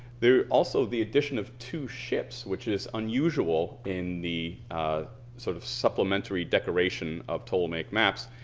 there is also the addition of two ships, which is unusual in the sort of supplementary decoration of ptolemy maps.